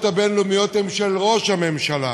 הבין-לאומיות הן של ראש הממשלה.